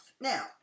Now